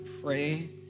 pray